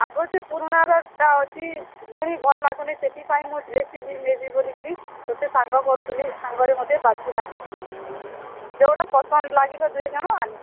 ଆଗର ସେ ପୁରୁଣାରଟା ଅଛି ପୁଣି ଭଲ ଲାଗୁନି ସେଥିପାଇଁ ମୁଁ ଡ୍ରେସ୍ଟେ ବି ନେବି ବୋଲିକିରି ତୋତେ ସାଙ୍ଗ କରୁଥିଲି ସାଙ୍ଗରେ ମୋତେ ବାଛି ଲାଗିଯିବୁ ଯେଉଁଟା ପସନ୍ଦ ଲାଗିବ ଦୁଇ ଜଣ ଆନିବି